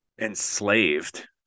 enslaved